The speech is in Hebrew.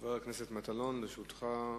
חבר הכנסת מטלון, לרשותך שלוש דקות.